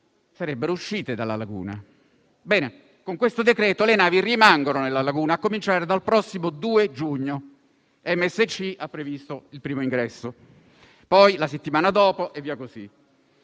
sarebbero uscite dalla Laguna. Bene, con questo decreto le navi rimangono nella Laguna, a cominciare dal prossimo 2 giugno: MSC Crociere ha previsto il primo ingresso, poi la settimana successiva e così